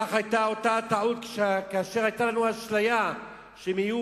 כך היתה אותה טעות כאשר היתה לנו אשליה שאם יהיו